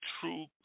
true